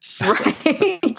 Right